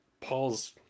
Paul's